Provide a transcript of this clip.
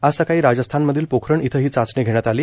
आज सकाळी राजस्थानमधील पोखरण इथं ही चाचणी घेण्यात आली